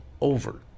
over